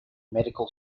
medical